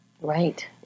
Right